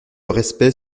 respect